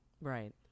Right